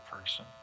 person